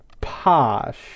posh